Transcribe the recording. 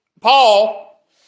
Paul